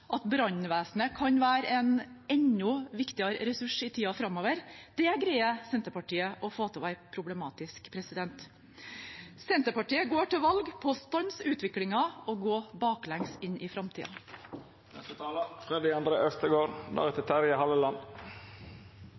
at brannvesenet kan være en enda viktigere ressurs i tiden framover, greier Senterpartiet å få til å være problematisk. Senterpartiet går til valg på å stanse utviklingen og gå baklengs inn i